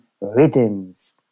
rhythms